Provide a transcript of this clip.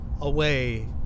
away